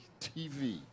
tv